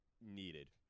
needed